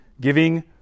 Giving